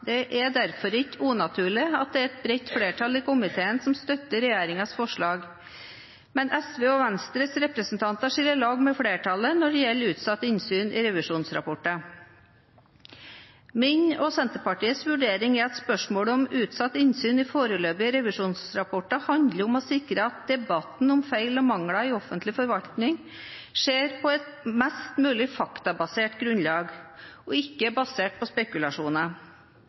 Det er derfor ikke unaturlig at det er et bredt flertall i komiteen som støtter regjeringens forslag, men SVs og Venstres representanter skiller lag med flertallet når det gjelder utsatt innsyn i revisjonsrapporter. Min og Senterpartiets vurdering er at spørsmålet om utsatt innsyn i foreløpige revisjonsrapporter handler om å sikre at debatten om feil og mangler i offentlig forvaltning skjer på et mest mulig faktabasert grunnlag, og ikke baseres på spekulasjoner.